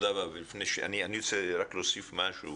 אני רוצה להוסיף משהו.